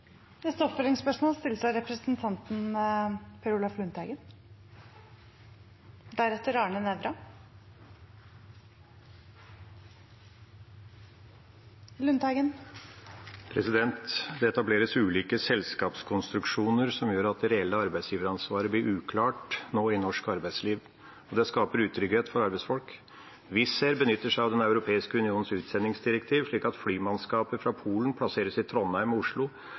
Per Olaf Lundteigen – til oppfølgingsspørsmål. Det etableres ulike selskapskonstruksjoner som gjør at det reelle arbeidsgiveransvaret nå blir uklart i norsk arbeidsliv. Det skaper utrygghet for arbeidsfolk. Wizz Air benytter seg av Den europeiske unions utsendingsdirektiv, slik at flymannskaper fra Polen plasseres i Trondheim og Oslo